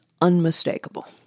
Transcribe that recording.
unmistakable